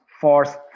force